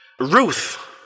Ruth